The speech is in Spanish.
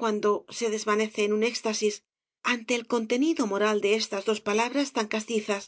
cuando se desvanece en un éxtasis ante el contenido moral de estas dos palabras tan castizas